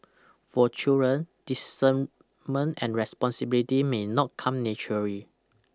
for children discernment and responsibility may not come naturally